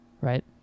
right